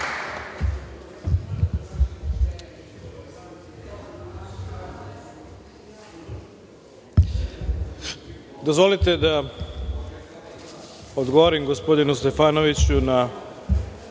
Dozvolite da odgovorim gospodinu Stefanoviću na